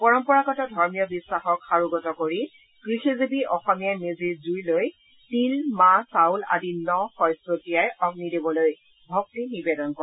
পৰম্পৰাগত ধৰ্মীয় বিশ্বাসক সাৰোগত কৰি কৃষিজীৱি অসমীয়াই মেজিৰ জুই লৈ তিল মাহ চাউল আদি ন শইচ চতিয়াই অগ্নিদেৱলৈ ভক্তি নিবেদন কৰে